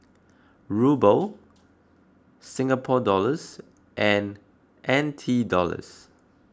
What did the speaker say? Ruble Singapore Dollars and N T Dollars